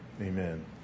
Amen